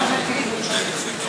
מבושה.